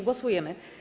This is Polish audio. Głosujemy.